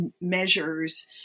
measures